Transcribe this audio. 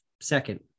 second